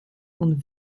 und